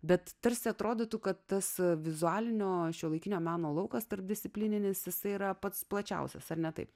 bet tarsi atrodytų kad tas vizualinio šiuolaikinio meno laukas tarpdisciplininis jisai yra pats plačiausias ar ne taip